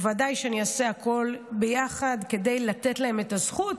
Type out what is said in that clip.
ובוודאי שאני אעשה הכול ביחד כדי לתת להם את הזכות.